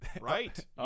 Right